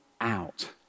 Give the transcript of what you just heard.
out